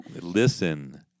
Listen